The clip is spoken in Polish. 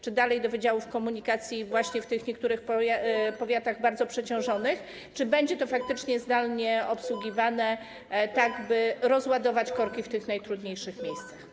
Czy dalej do wydziałów komunikacji właśnie w tych niektórych powiatach bardzo przeciążonych, czy będzie to faktycznie zdalnie obsługiwane, tak by rozładować korki w tych najtrudniejszych miejscach?